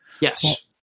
Yes